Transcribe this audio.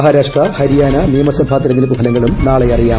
മഹാരാഷ്ട്ര ഹരിയാന നിയമസഭാ തെരഞ്ഞെടുപ്പ് ഫലങ്ങളും നാളെ അറിയാം